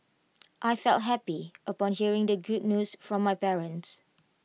I felt happy upon hearing the good news from my parents